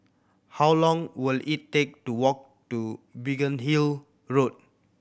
how long will it take to walk to Biggin Hill Road